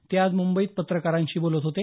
ते आज मुंबईत पत्रकारांशी बोलत होते